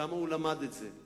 כמה הוא למד את זה,